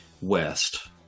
west